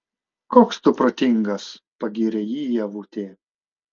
koks tu protingas pagyrė jį ievutė